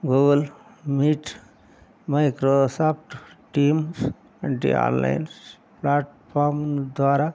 Google Meet Microsoft Teams వంటి online platform ద్వారా